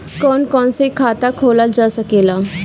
कौन कौन से खाता खोला जा सके ला?